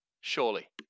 Surely